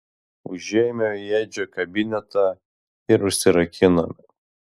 užėjome į edžio kabinetą ir užsirakinome